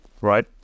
Right